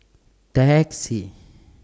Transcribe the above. Taxi